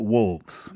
Wolves